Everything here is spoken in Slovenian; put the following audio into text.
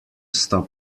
sta